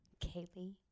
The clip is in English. Kaylee